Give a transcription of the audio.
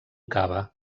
cava